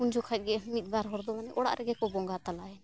ᱩᱱ ᱡᱚᱠᱷᱚᱱ ᱜᱮ ᱢᱤᱫ ᱵᱟᱨ ᱦᱚᱲ ᱫᱚ ᱢᱟᱱᱮ ᱚᱲᱟᱜ ᱨᱮᱜᱮ ᱠᱚ ᱵᱚᱸᱜᱟ ᱛᱟᱞᱟᱭᱮᱱᱟ